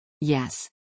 Yes